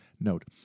Note